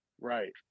right